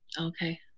Okay